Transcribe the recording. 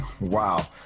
Wow